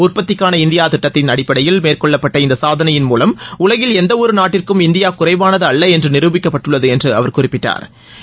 உற்பத்திக்கான இந்தியா திட்டத்தின் அடிப்படையில் மேற்கொள்ளப்பட்ட இந்த சாதனையின் மூலம் உலகில் எந்தவொரு நாட்டிற்கும் இந்தியா குறைவானது அல்ல என்று நிரூபிக்கப்பட்டுள்ளது என்று அவர் குறிப்பிட்டாள்